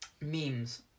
memes